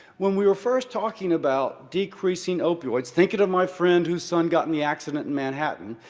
when we were first talking about decreasing opioids, thinking of my friend whose son got in the accident in manhattan.